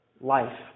life